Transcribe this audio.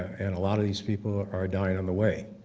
and a lot of these people are dying on the way.